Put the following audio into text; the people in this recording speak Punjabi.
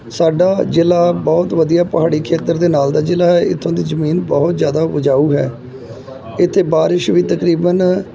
ਸਾਡਾ ਜਿਲ੍ਹਾ ਬਹੁਤ ਵਧੀਆ ਪਹਾੜੀ ਖੇਤਰ ਦੇ ਨਾਲ ਦਾ ਜਿਲ੍ਹਾ ਹੈ ਇੱਥੋਂ ਦੇ ਜ਼ਮੀਨ ਬਹੁਤ ਜ਼ਿਆਦਾ ਉਪਜਾਊ ਹੈ ਇੱਥੇ ਬਾਰਿਸ਼ ਵੀ ਤਕਰੀਬਨ